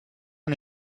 and